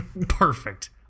perfect